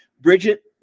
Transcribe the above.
Bridget